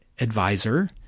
advisor